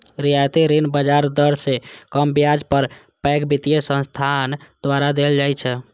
रियायती ऋण बाजार दर सं कम ब्याज दर पर पैघ वित्तीय संस्थान द्वारा देल जाइ छै